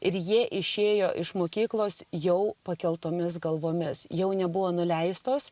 ir jie išėjo iš mokyklos jau pakeltomis galvomis jau nebuvo nuleistos